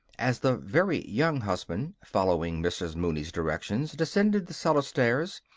as the very young husband, following mrs. mooney's directions, descended the cellar stairs,